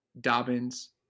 Dobbins